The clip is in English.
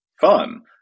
fun